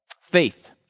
Faith